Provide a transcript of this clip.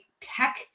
tech